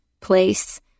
place